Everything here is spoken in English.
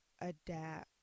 adapt